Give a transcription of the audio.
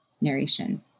narration